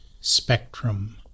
spectrum